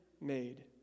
made